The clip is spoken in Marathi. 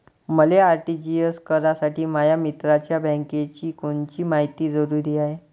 मले आर.टी.जी.एस करासाठी माया मित्राच्या बँकेची कोनची मायती जरुरी हाय?